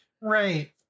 Right